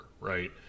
right